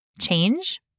change